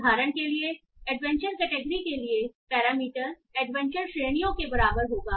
उदाहरण के लिए एडवेंचर कैटेगरी के लिए पैरामीटर एडवेंचर श्रेणियां के बराबर होगा